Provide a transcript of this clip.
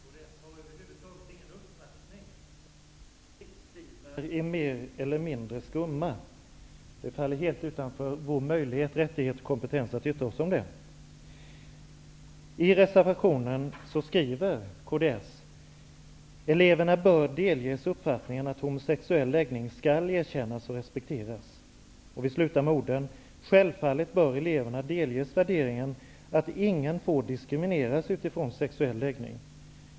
Herr talman! Kds har över huvud taget ingen uppfattning om huruvida homosexuella är mer eller mindre skumma. Det faller helt utanför vår kompetens att yttra oss om det. Vi skriver i kds-reservationen bl.a. att ''eleverna bör delges uppfattningen att homosexuell läggning skall erkännas och respekteras''. Vi avslutar med följande ord: ''Självfallet bör eleverna delges värderingen att ingen får diskrimineras utifrån sexuell läggning.''